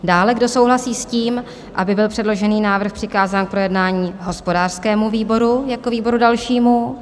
Dále kdo souhlasí s tím, aby byl předložený návrh přikázán k projednání hospodářskému výboru jako výboru dalšímu.